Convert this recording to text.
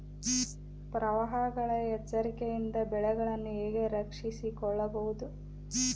ಪ್ರವಾಹಗಳ ಎಚ್ಚರಿಕೆಯಿಂದ ಬೆಳೆಗಳನ್ನು ಹೇಗೆ ರಕ್ಷಿಸಿಕೊಳ್ಳಬಹುದು?